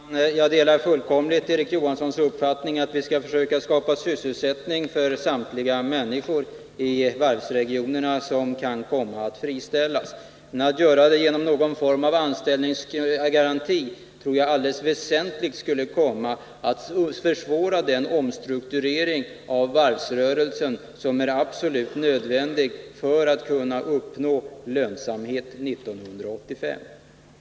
Herr talman! Jag delar fullkomligt Erik Johanssons uppfattning att vi skall försöka skapa sysselsättning för samtliga människor som kan komma att friställas i varvsregionerna. Men att göra det genom någon form av anställningsgaranti tror jag väsentligt skulle komma att försvåra den 79 omstrukturering av varvsrörelsen som är absolut nödvändig för att kunna uppnå lönsamhet 1985.